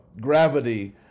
gravity